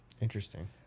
Interesting